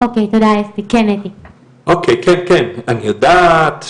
אני יודעת שדיברנו,